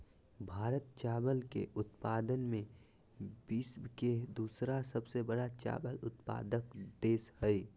भारत चावल के उत्पादन में विश्व के दूसरा सबसे बड़ा चावल उत्पादक देश हइ